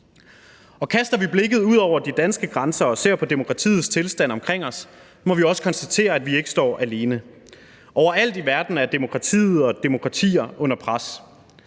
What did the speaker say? Kaster vi blikket ud over de danske grænser og ser på demokratiets tilstand omkring os, må vi også konstatere, at vi ikke står alene. Overalt i verden er demokratiet og demokratier under pres.